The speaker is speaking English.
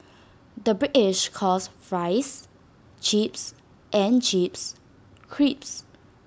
the British calls Fries Chips and Chips Crisps